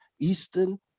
Eastern